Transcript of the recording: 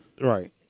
right